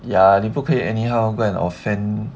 ya 你不可以 anyhow go and offend